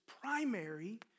primary